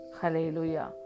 Hallelujah